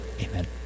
amen